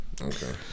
Okay